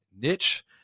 niche